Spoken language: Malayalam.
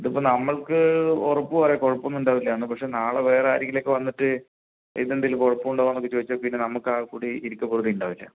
ഇതിപ്പോൾ നമ്മൾക്ക് ഒറപ്പ് പറയാം കുഴപ്പമൊന്നും ഉണ്ടാവില്ലാന്ന് പക്ഷെ നാളെ വേറാരെങ്കിലും ഒക്കെ വന്നിട്ട് ഇതെന്തേലും കുഴപ്പമുണ്ടോന്നൊക്കെ ചോദിച്ചാൽ പിന്നെ നമ്മക്കാകെക്കൂടി ഇരിക്കപ്പൊറുതി ഉണ്ടാവില്ല